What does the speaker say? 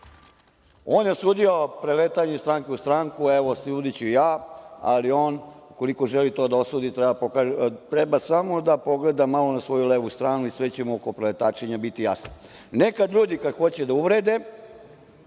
je osudio preletanje iz stranke u stranku, a evo, osudiću i ja, ali on, ukoliko želi to da osudi treba samo da pogleda malo na svoju levu stranu i sve će mu oko preletačenja biti jasno. Nekad ljudi, kada hoće da uvrede,